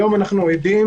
היום אנחנו עדים